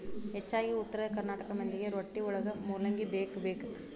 ಹೆಚ್ಚಾಗಿ ಉತ್ತರ ಕರ್ನಾಟಕ ಮಂದಿಗೆ ರೊಟ್ಟಿವಳಗ ಮೂಲಂಗಿ ಬೇಕಬೇಕ